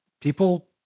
people